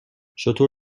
شتر